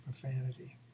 profanity